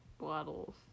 bottles